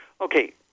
Okay